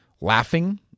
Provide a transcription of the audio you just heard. Laughing